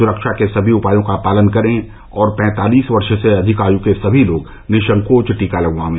सुरक्षा के सभी उपायों का पालन करें और पैंतालीस वर्ष से अधिक आय के सभी लोग निःसंकोच टीका लगवाएं